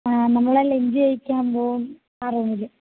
ആ നമ്മളാ ലഞ്ച് കഴിക്കാൻ പോകുന്ന ആ റൂമില്